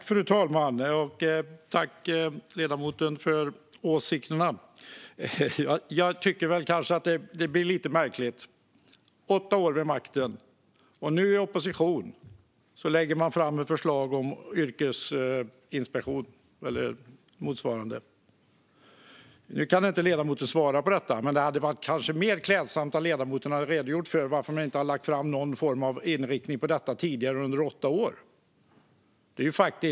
Fru talman! Jag tycker att detta blir lite märkligt. Socialdemokraterna satt vid makten i åtta år, och nu när de är i opposition lägger de fram ett förslag om yrkesinspektion eller motsvarande. Ledamoten har inte möjlighet att svara på detta, men det hade varit mer klädsamt om ledamoten hade redogjort för varför Socialdemokraterna inte har lagt fram någon form av inriktning om detta under sina åtta år vid makten.